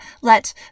let